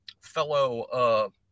fellow